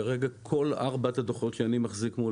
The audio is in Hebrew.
כרגע כל ארבעת הדוחות שאני מחזיק מול